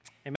Amen